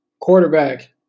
Quarterback